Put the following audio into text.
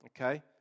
okay